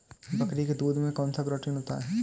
बकरी के दूध में कौनसा प्रोटीन होता है?